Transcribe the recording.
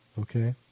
okay